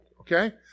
okay